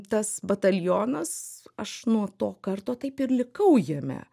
tas batalionas aš nuo to karto taip ir likau jame